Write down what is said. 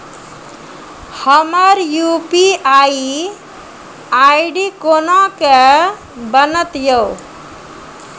हमर UPI ID कोना के बनत यो?